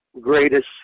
greatest